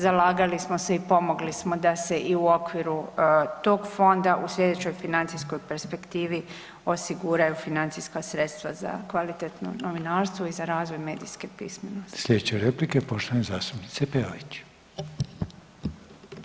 Zalagali smo se i pomogli smo da se i u okviru tog fonda u sljedećoj financijskoj perspektivi osiguraju financijska sredstva za kvalitetno novinarstvo i za razvoj medijske pismenosti.